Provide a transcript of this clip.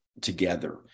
together